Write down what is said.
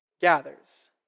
gathers